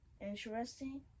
interesting